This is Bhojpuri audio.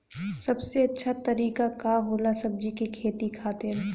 सबसे अच्छा तरीका का होला सब्जी के खेती खातिर?